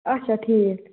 اچھا ٹھیٖک